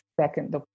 second